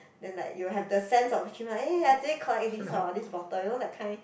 then like you will have the sense of achievement eh I today collect this hor this bottle you know that kind